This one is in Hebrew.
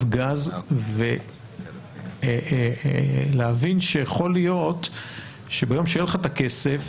גז ולהבין שיכול להיות שביום שיהיה לך את הכסף